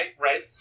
Right